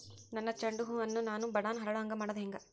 ನನ್ನ ಚಂಡ ಹೂ ಅನ್ನ ನಾನು ಬಡಾನ್ ಅರಳು ಹಾಂಗ ಮಾಡೋದು ಹ್ಯಾಂಗ್?